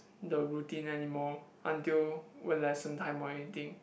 the routine anymore until when lesson time or anything